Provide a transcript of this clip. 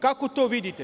Kako to vidite?